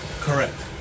correct